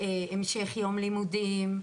המשך יום לימודים,